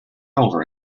over